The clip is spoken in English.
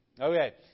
Okay